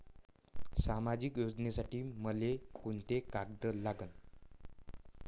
सामाजिक योजनेसाठी मले कोंते कागद लागन?